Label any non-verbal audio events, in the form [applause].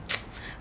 [noise]